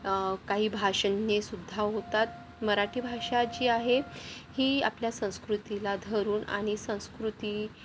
काही भाषणेसुद्धा होतात मराठी भाषा जी आहे ही आपल्या संस्कृतीला धरून आणि संस्कृती